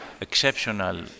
Exceptional